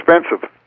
expensive